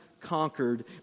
conquered